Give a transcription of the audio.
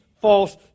false